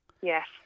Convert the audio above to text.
Yes